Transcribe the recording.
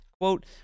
Quote